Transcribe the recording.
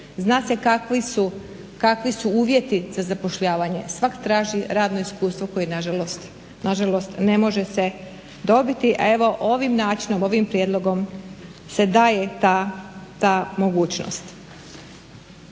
zna se kakvi su uvjeti za zapošljavanje. Svak traži radno iskustvo koje nažalost, nažalost ne može se dobiti, a evo ovim načinom, ovim prijedlogom se daje ta mogućnost.